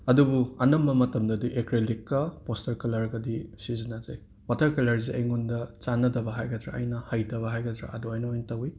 ꯑꯗꯨꯕꯨ ꯑꯅꯝꯕ ꯃꯇꯝꯗꯗꯤ ꯑꯦꯀ꯭ꯔꯦꯂꯤꯛꯀ ꯄꯣꯁꯇꯔ ꯀꯂꯔꯒꯗꯤ ꯁꯤꯖꯤꯟꯅꯖꯩ ꯋꯥꯇꯔ ꯀꯂꯔꯁꯦ ꯑꯩꯉꯣꯟꯗ ꯆꯥꯅꯗꯕ ꯍꯥꯏꯒꯗ꯭ꯔꯥ ꯑꯩꯅ ꯍꯩꯇꯕ ꯍꯥꯏꯒꯗ꯭ꯔꯥ ꯑꯗꯨꯃꯥꯏꯅ ꯑꯣꯏꯅ ꯇꯧꯋꯤ